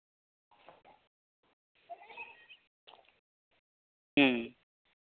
ᱦᱩᱸ